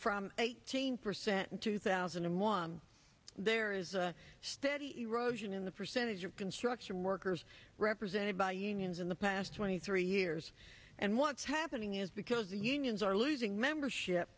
from eighteen percent in two thousand and one there is a steady erosion in the percentage of construction workers represented by unions in the past twenty three years and what's happening is because the unions are losing membership